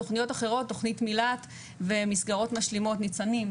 תכניות אחרות כמו תכנית מיל"ת ומסגרות משלימות כמו "ניצנים",